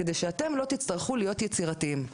כדי שאתם לא תצטרכו להיות יצירתיים?